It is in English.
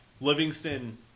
Livingston